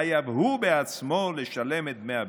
חייב הוא בעצמו לשלם את דמי הביטוח.